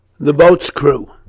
the boats crew